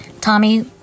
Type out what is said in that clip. Tommy